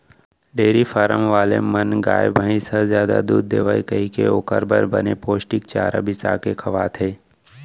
dairy farm वाले मन गाय, भईंस ह दूद जादा देवय कइके ओकर बर बने पोस्टिक चारा बिसा के खवाथें